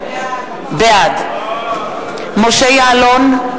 בעד משה יעלון,